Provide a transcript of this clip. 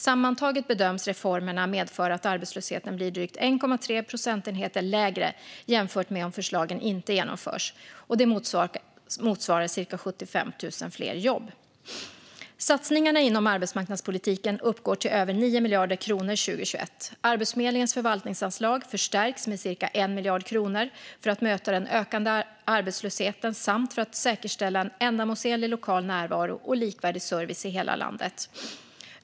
Sammantaget bedöms reformerna medföra att arbetslösheten blir drygt 1,3 procentenheter lägre jämfört med om förslagen inte genomförs. Det motsvarar cirka 75 000 fler jobb. Satsningarna inom arbetsmarknadspolitiken uppgår till över 9 miljarder kronor 2021. Arbetsförmedlingens förvaltningsanslag förstärks med cirka 1 miljard kronor för att möta den ökande arbetslösheten samt för att säkerställa en ändamålsenlig lokal närvaro och likvärdig service i hela landet.